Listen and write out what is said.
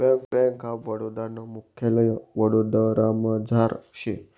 bank of Baroda नं मुख्यालय वडोदरामझार शे